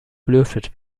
belüftet